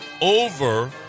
Over